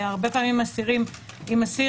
בדיונים פנימיים שלכם האם עלה הצורך